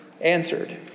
answered